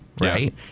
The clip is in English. right